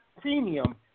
premium